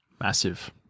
Massive